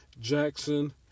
Jackson